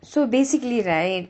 so basically right